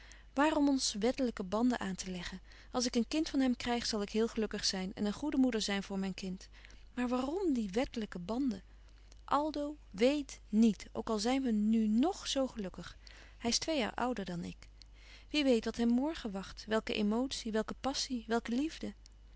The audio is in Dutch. waarom ons wettelijke banden aan te leggen als ik een kind van hem krijg zal ik heel gelukkig zijn en een goede moeder zijn voor mijn kind maar waarom die wettelijke banden aldo weèt nièt ook al zijn we nu ng zoo gelukkig hij is twee jaar ouder dan ik wie weet wat hem morgen wacht welke emotie welke passie welke